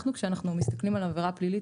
כשאנחנו מסתכלים על עבירה פלילית,